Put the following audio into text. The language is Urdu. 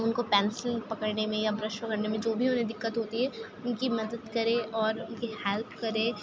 ان کو پینسل پکڑنے میں یا برش پکڑنے میں جو بھی انہیں دِقّت ہوتی ہے ان کی مدد کرے اور ان کی ہیلپ کرے